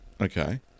Okay